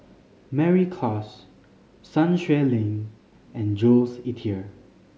Mary Klass Sun Xueling and Jules Itier